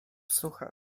suche